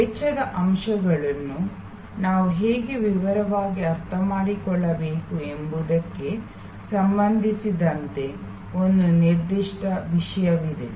ವೆಚ್ಚದ ಅಂಶಗಳನ್ನು ನಾವು ಹೇಗೆ ವಿವರವಾಗಿ ಅರ್ಥಮಾಡಿಕೊಳ್ಳಬೇಕು ಎಂಬುದಕ್ಕೆ ಸಂಬಂಧಿಸಿದಂತೆ ಒಂದು ನಿರ್ದಿಷ್ಟ ವಿಷಯವಿದೆ